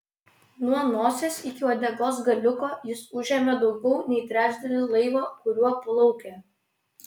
nuo nosies iki uodegos galiuko jis užėmė daugiau nei trečdalį laivo kuriuo plaukė